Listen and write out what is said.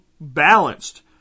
balanced